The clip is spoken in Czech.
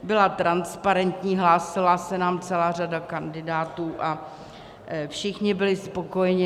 Byla transparentní, hlásila se nám celá řada kandidátů a všichni byli spokojení.